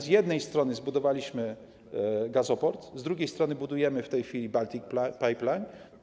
Z jednej strony zbudowaliśmy gazoport, z drugiej strony budujemy w tej chwili Baltic Pipe.